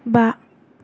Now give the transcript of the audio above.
बा